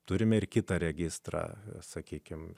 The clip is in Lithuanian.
turime ir kitą registrą sakykime